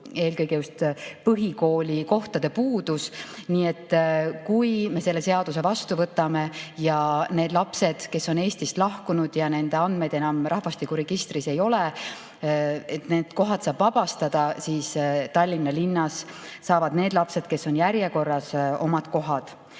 eelkõige just põhikoolikohtade puudus. Nii et kui me selle seaduse vastu võtame ja nende laste, kes on Eestist lahkunud ja kelle andmeid enam rahvastikuregistris ei ole, kohad saab vabastada, siis saavad Tallinna linnas kohad need lapsed, kes on järjekorras. Arutasime